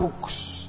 books